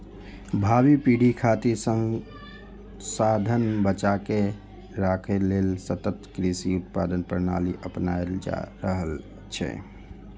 भावी पीढ़ी खातिर संसाधन बचाके राखै लेल सतत कृषि उत्पादन प्रणाली अपनाएल जा रहल छै